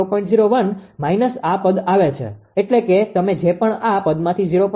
01 minus આ પદ આવે છે એટલે કે તમે જે પણ આ પદના 0